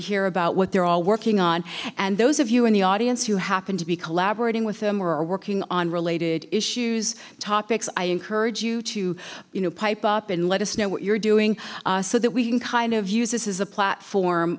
hear about what they're all working on and those of you in the audience who happen to be collaborating with them or are working on related issues topics i encourage you to you know pipe up and let us know what you're doing so that we can kind of use this as a platform